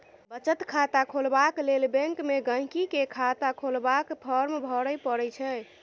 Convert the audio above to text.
बचत खाता खोलबाक लेल बैंक मे गांहिकी केँ खाता खोलबाक फार्म भरय परय छै